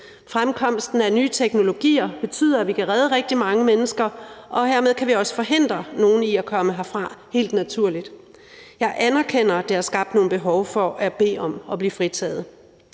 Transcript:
Fremkomsten af nye teknologier betyder, at vi kan redde rigtig mange mennesker, og hermed kan vi også forhindre nogle i at komme herfra helt naturligt. Jeg anerkender, at det har skabt nogle behov for at bede om at blive fritaget.